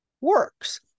works